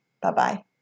Bye-bye